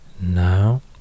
Now